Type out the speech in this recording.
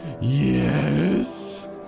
Yes